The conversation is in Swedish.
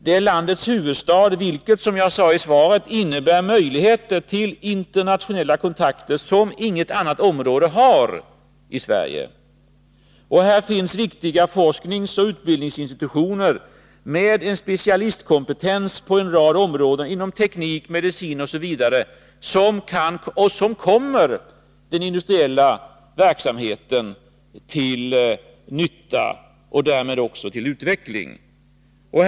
Det är landets huvudstad, vilket — som jag sade i svaret — innebär möjligheter till internationella kontakter, som inget annat område i Sverige har. Här finns också viktiga forskningsoch utbildningsinstitutioner med en specialistkompetens inom en rad områden — teknik, medicin osv. — som är till nytta för den industriella verksamheten och därmed också utvecklar denna.